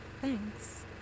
thanks